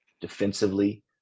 Defensively